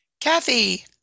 Kathy